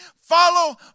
Follow